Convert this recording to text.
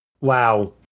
Wow